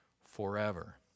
forever